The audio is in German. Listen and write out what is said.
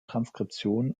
transkription